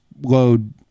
load